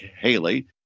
Haley